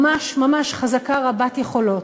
ממש ממש חזקה, רבת יכולות.